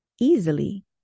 easily